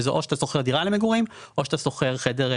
שזה או שאתה שוכר דירה